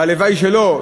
והלוואי שלא,